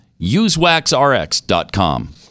usewaxrx.com